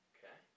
Okay